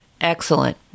Excellent